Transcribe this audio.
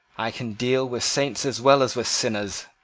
i can deal with saints as well as with sinners.